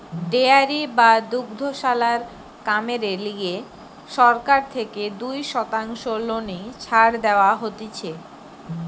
dairy বা দুগ্ধশালার কামেরে লিগে সরকার থেকে দুই শতাংশ লোনে ছাড় দেওয়া হতিছে